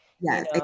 yes